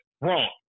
wrong